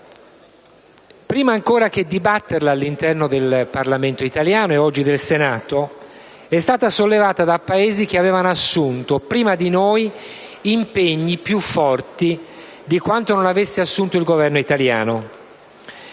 Prima ancora che dibatterla all'interno del Parlamento italiano, e oggi del Senato, essa è stata sollevata da Paesi che avevano assunto, prima di noi, impegni più forti di quanto non ne avesse assunti il Governo italiano